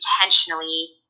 intentionally